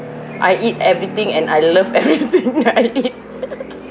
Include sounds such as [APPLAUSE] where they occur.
I eat everything and I love everything [LAUGHS] that I eat [LAUGHS]